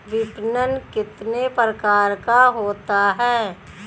विपणन कितने प्रकार का होता है?